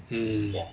mm